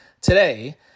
today